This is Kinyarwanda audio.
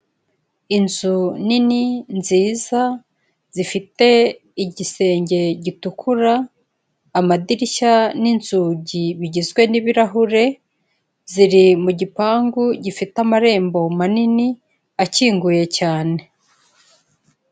Inzu nini nziza zifite igisenge gitukura amadirishya n'inzugi bigizwe n'ibirahure ziri mu gipangu gifite amarembo manini akinguye cyane.